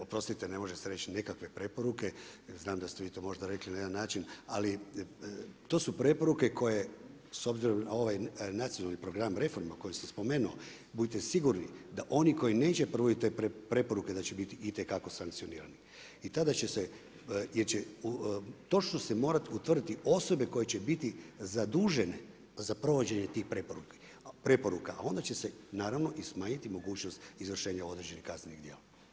Oprostite, ne može se reći nekakve preporuke, znam da ste vi to možda rekli na jedan način, ali to su preporuke koje s obzirom na ovaj nacionalni program reforma koju sam spomenuo budite sigurni da oni koji neće provoditi te preporuke da će biti itekako sankcionirani jer će se točno morati utvrditi osobe koje će biti zadužene za provođenje tih preporuka, a onda će se naravno i smanjiti mogućnost izvršenja određenih kaznenih djela.